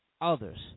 others